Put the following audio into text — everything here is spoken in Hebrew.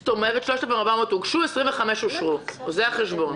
זאת אומרת: 3,400 הוגשו ו-25 אושרו, זה החשבון.